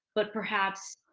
but perhaps,